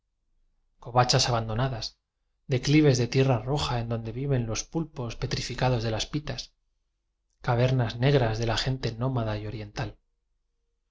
covachas abandonadas declives de fierra roja en donde viven los pulpos pebiblioteca nacional de españa frifícados de las pilas cavernas negras de la gente nómada y oriental